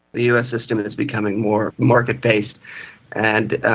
the us system is becoming more market-based and